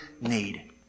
need